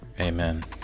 Amen